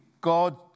God